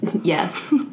Yes